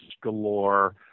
galore